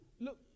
Look